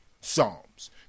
Psalms